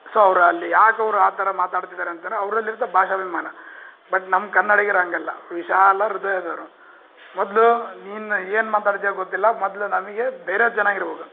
so ಅವರಲ್ಲಿ ಯಾಕೆ ಅವರು ಆ ಥರ ಮಾತಾಡ್ತಿದಾರೆ ಅಂತಾರೆ ಅವ್ರಲ್ಲಿ ಇರುತ್ತೆ ಭಾಷಾಭಿಮಾನ ಬಟ್ ನಮ್ಮ ಕನ್ನಡಿಗರಂಗಲ್ಲ ವಿಶಾಲ ಹೃದಯದವ್ರು ಮೊದಲು ನೀನು ಏನು ಮಾತಾಡ್ತೀಯ ಗೊತ್ತಿಲ್ಲ ಮೊದಲು ನನಗೆ ಬೇರೆಯವರು ಚೆನ್ನಾಗಿರ್ಬೇಕು